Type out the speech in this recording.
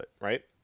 Right